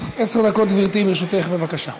עשר דקות, גברתי, לרשותך, בבקשה.